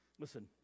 listen